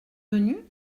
venu